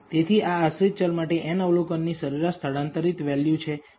તેથી આ આશ્રિત ચલ માટે n અવલોકનની સરેરાશ સ્થળાંતરિત વેલ્યુ છે